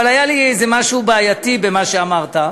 אבל היה לי איזה משהו בעייתי במה שאמרת.